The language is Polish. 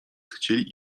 chcieli